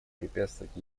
препятствовать